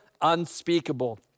unspeakable